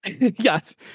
yes